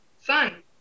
son